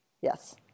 Yes